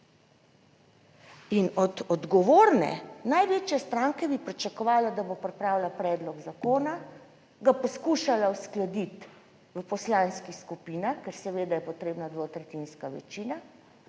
In od odgovorne največje stranke bi pričakovala, da bo pripravila predlog zakona, ga poskušala uskladiti v poslanskih skupinah, ker seveda je potrebna dvotretjinska večina,